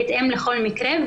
בהתאם לכל מקרה,